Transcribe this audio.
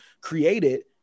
created